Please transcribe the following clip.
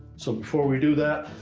so before we do that,